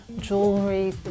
jewelry